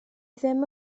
ddim